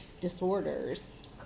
disorders